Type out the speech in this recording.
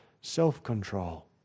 self-control